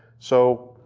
so,